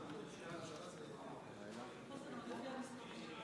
(תיקון מס' 12),